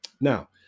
Now